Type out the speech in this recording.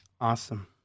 Awesome